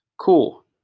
Cool